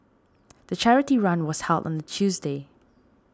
the charity run was held on a Tuesday